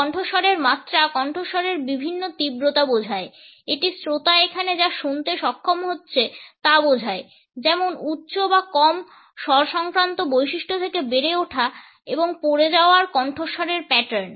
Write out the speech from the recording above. কণ্ঠস্বরের মাত্রা কণ্ঠস্বরের বিভিন্ন তীব্রতা বোঝায় এটি শ্রোতা এখানে যা শুনতে সক্ষম হচ্ছে তা বোঝায় যেমন উচ্চ বা কম স্বরসংক্রান্ত বৈশিষ্ট্য থেকে বেড়ে ওঠা এবং পড়ে যাওয়া কণ্ঠস্বরের প্যাটার্ন